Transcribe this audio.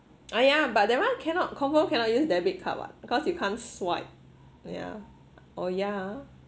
!aiya! but that one cannot confirm cannot use debit card [what] because you can't swipe yeah oh yeah